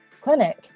clinic